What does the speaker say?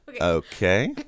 Okay